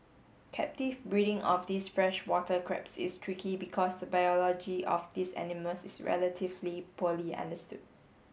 captive breeding of these freshwater crabs is tricky because the biology of these animals is relatively poorly understood